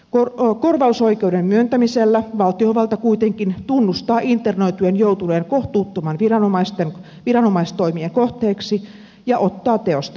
korvausoikeuden myöntämisellä valtiovalta kuitenkin tunnustaa internoitujen joutuneen kohtuuttomien viranomaistoimien kohteeksi ja ottaa teosta vastuun